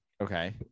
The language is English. Okay